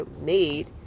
made